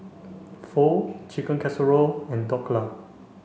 Pho Chicken Casserole and Dhokla